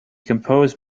composed